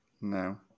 No